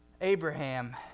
Abraham